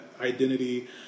identity